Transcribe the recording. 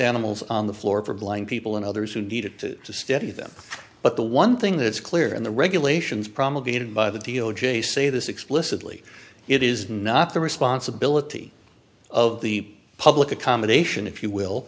animals on the floor for blind people and others who needed to steady them but the one thing that's clear in the regulations promulgated by the d o j say this explicitly it is not the responsibility of the public accommodation if you will